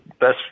best